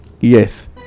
yes